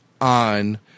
on